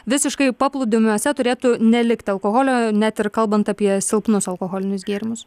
visiškai paplūdimiuose turėtų nelikt alkoholio net ir kalbant apie silpnus alkoholinius gėrimus